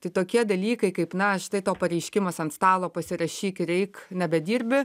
tai tokie dalykai kaip na štai tau pareiškimas ant stalo pasirašyk ir eik nebedirbi